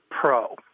Pro